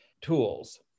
tools